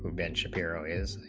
then shapiro is,